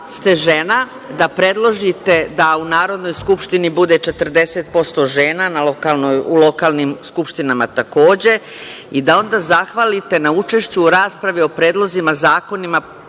ste žena, da predložite da u Narodnoj skupštini bude 40% žena, u lokalnim skupštinama takođe i da onda zahvalite na učešću u raspravi o predlozima zakona